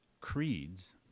creeds